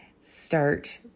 start